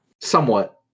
somewhat